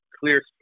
clear